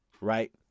right